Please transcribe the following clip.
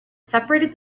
separated